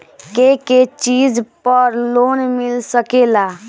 के के चीज पर लोन मिल सकेला?